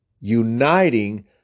uniting